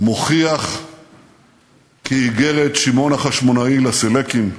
ממי שבאמת מאיימים על אתרי מורשת באזורנו: קנאי האסלאם טובחים,